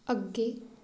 ਅੱਗੇ